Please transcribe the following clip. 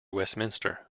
westminster